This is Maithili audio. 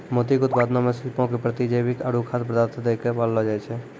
मोती के उत्पादनो मे सीपो के प्रतिजैविक आरु खाद्य पदार्थ दै के पाललो जाय छै